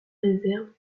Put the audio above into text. réserve